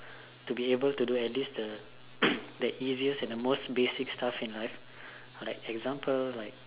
to be able to do at least the the easiest and the most basic stuff in life or like example like